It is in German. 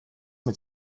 mit